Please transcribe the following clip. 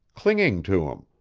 clinging to him.